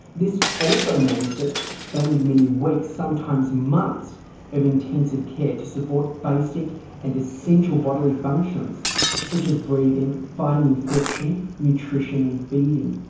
this also means that they need many weeks, sometimes months of intensive care to support basic and essential bodily functions such as breathing, fighting infection, nutrition and feeding.